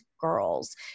girls